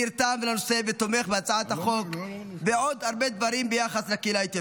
שנרתם לנושא ותומך בהצעת החוק ובעוד הרבה דברים ביחס לקהילה האתיופית,